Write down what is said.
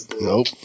Nope